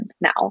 now